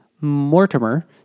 Mortimer